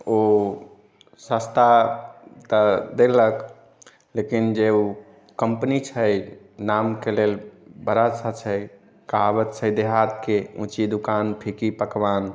ओ सस्ता तऽ देलक लेकिन जे ओ कम्पनी छै नामके लेल बड़ा अच्छा छै कहावत छै देहातके ऊँची दुकान फीकी पकवान